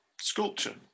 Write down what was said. sculpture